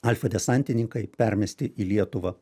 alfa desantininkai permesti į lietuvą